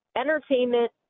entertainment